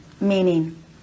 meaning